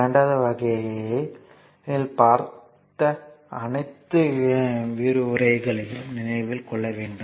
இரண்டாவது வகையில் பார்த்த அனைத்து விரிவுரைகளையும் நினைவில் கொள்ள வேண்டும்